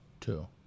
Two